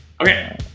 Okay